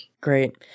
Great